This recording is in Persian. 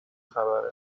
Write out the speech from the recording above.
خبره